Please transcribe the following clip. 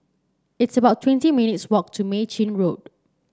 it's about twenty minutes' walk to Mei Chin Road